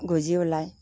গজি ওলায়